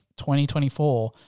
2024